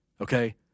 Okay